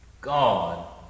God